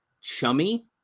chummy